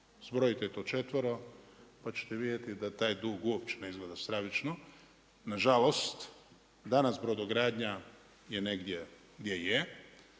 zbrojite to četvero pa ćete vidjeti da taj dug uopće ne izgleda stravično. Nažalost, danas brodogradnja je negdje gdje je,